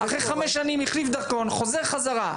אחרי חמש שנים החליף דרכון וחוזר בחזרה.